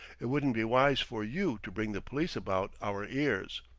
it wouldn't be wise for you to bring the police about our ears.